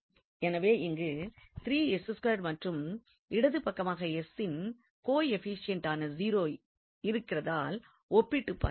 எனவே இங்கு மற்றும் இடது பக்கமாக யின் கோயபிஷியன்ட்டான 0 இருக்கிறதால் ஒப்பிட்டுப் பார்க்கிறோம்